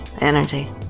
Energy